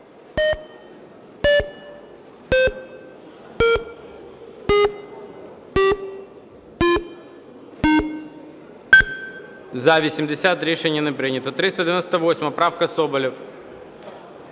За-80 Рішення не прийнято. 398 правка, Соболєв.